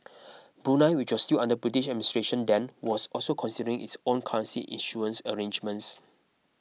Brunei which was still under British administration then was also considering its own currency issuance arrangements